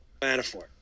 Manafort